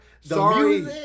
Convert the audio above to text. sorry